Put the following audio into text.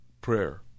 prayer